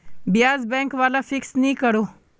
ब्याज़ बैंक वाला फिक्स नि करोह